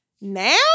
Now